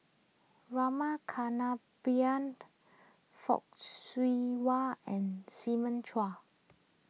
Rama Kannabiran Fock Siew Wah and Simon Chua